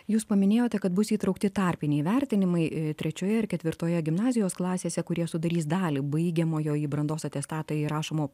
jūs paminėjote kad bus įtraukti tarpiniai vertinimai trečioje ir ketvirtoje gimnazijos klasėse kurie sudarys dalį baigiamojo į brandos atestatą įrašomo